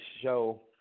show